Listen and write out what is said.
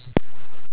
bye